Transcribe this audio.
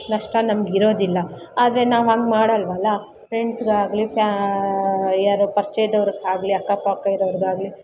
ನಷ್ಟ ನಮ್ಗೆ ಇರೋದಿಲ್ಲ ಆದರೆ ನಾವು ಹಂಗೆ ಮಾಡಲ್ವಲ್ಲ ಫ್ರೆಂಡ್ಸ್ಗಾಗಲಿ ಪ್ಯಾ ಯಾರೋ ಪರಿಚಯದವ್ರ್ಗಾಗ್ಲಿ ಅಕ್ಕ ಪಕ್ಕ ಇರೋರಿಗಾಗ್ಲಿ